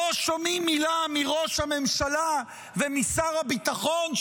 לא שומעים מילה מראש הממשלה ומשר הביטחון,